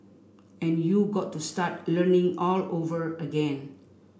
and you got to start learning all over again